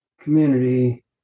community